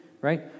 right